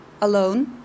alone